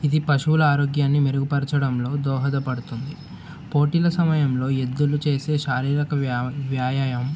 ఇది పశువుల ఆరోగ్యాన్ని మెరుగుపరచడంలో దోహదపడుతుంది పోటీల సమయంలో ఎద్దులు చేసే శారీరక వ్యా వ్యాయామం